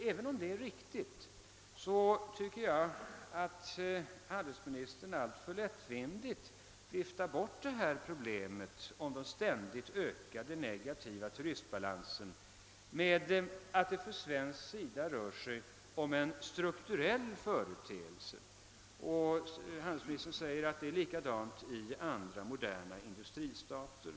även om detta är riktigt tycker jag att handelsministern alltför lättvindigt viftar bort problemet med den ständigt ökade negativa turistbalansen med att det från svensk sida rör sig om en strukturell företeelse och det är likadant i andra moderna industristater.